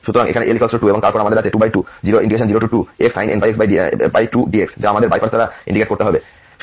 সুতরাং এখানে L 2 এবং তারপর আমাদের আছে 2202xsin nπx2 dx যা আমাদের বাই পার্টস দ্বারা ইন্টিগ্রেট করতে হবে